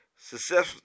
success